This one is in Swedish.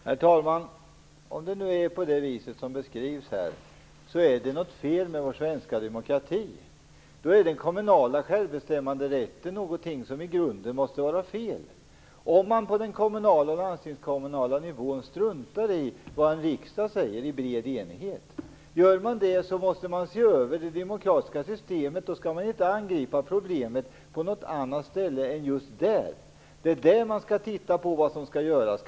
Herr talman! Om det nu är på det sätt som beskrivs här, är det något fel med vår svenska demokrati. Då är den kommunala självbestämmanderätten någonting som i grunden måste vara fel. Om man på den kommunala och landstingskommunala nivån struntar i vad riksdagen säger i bred enighet måste man se över det demokratiska systemet. Då skall man inte angripa problemen på något annat ställe än just där. Det är där man skall titta på vad som skall göras.